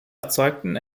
erzeugten